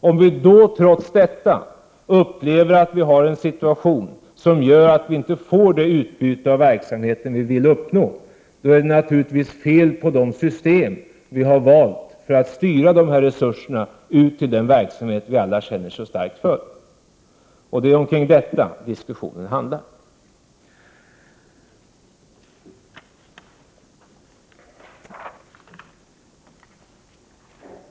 Om vi trots detta upplever att vi har en situation där vi inte får det utbyte av verksamheten vi vill uppnå, är det naturligtvis fel på de system vi har valt för att styra resurserna ut till den verksamhet vi alla känner så starkt för. Det är om detta diskussionen handlar.